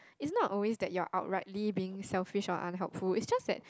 it's not always that you are outrightly being selfish or unhelpful it's just that